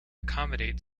accommodate